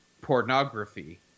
pornography